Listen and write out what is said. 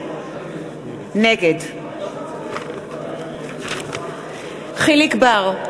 נגד יחיאל חיליק בר,